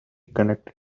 connected